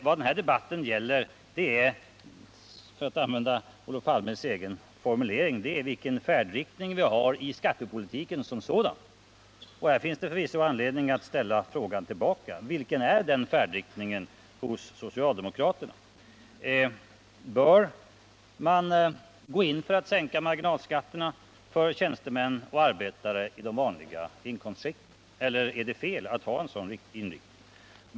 Vad den här debatten gäller är— för att använda Olof Palmes egen formulering — vilken färdriktning vi har i skattepolitiken som sådan. Och här finns det förvisso anledning att fråga: Vilken är den färdriktningen när det gäller socialdemokraterna. Bör man gå in för att sänka marginalskatterna för tjänstemän och arbetare i de vanliga inkomstskikten? Eller är det fel att ha en sådan inriktning?